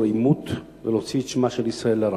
עימות ולהוציא את שמה של ישראל לרעה.